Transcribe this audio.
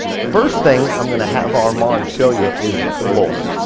first thing i'm gonna have armand show you is the floor.